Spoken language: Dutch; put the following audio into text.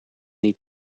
niet